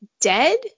dead